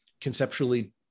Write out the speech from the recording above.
conceptually